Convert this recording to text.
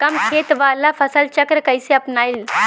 कम खेत वाला फसल चक्र कइसे अपनाइल?